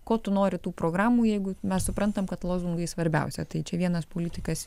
ko tu nori tų programų jeigu mes suprantam kad lozungai svarbiausia tai čia vienas politikas